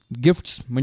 Gifts